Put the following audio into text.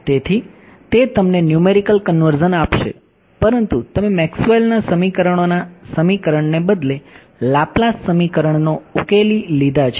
તેથી તે તમને ન્યૂમેરિકલ કન્વર્ઝન આપશે પરંતુ તમે મેક્સવેલના સમીકરણોના સમીકરણને બદલે Laplace સમીકરણો ઉકેલી લીધા છે